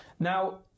Now